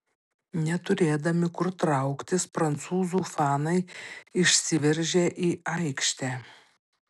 neturėdami kur trauktis prancūzų fanai išsiveržė į aikštę